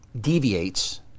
deviates